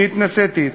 והתנסיתי אתך,